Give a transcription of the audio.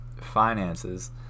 finances